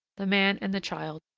the man and the child,